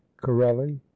Corelli